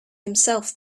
himself